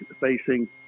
facing